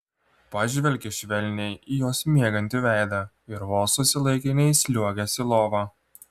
pažvelgė švelniai į jos miegantį veidą ir vos susilaikė neįsliuogęs į lovą